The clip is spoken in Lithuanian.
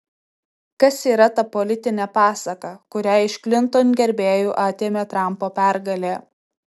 kas yra ta politinė pasaka kurią iš klinton gerbėjų atėmė trampo pergalė